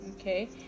Okay